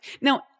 Now